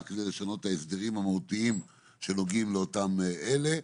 כדי לשנות את ההסדרים המהותיים שנוגעים לאותם אלה.